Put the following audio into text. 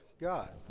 God